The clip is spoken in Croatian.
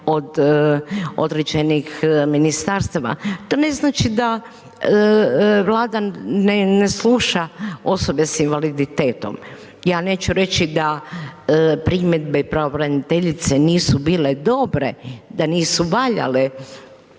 od određenih ministarstava, to ne znači da Vlada ne sluša osobe s invaliditetom. Ja neću reći da primjedbe pravobraniteljice nisu bile dobre, da nisu valjale,